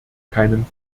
keinem